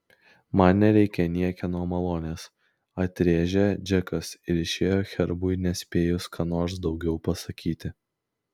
man nereikia niekieno malonės atrėžė džekas ir išėjo herbui nespėjus ką nors daugiau pasakyti